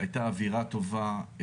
הייתה אווירה טובה,